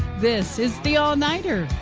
this is the all nighter.